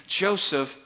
Joseph